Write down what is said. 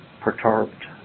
perturbed